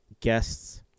guests